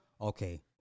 Okay